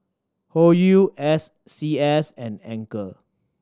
Hoyu S C S and Anchor